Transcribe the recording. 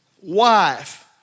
wife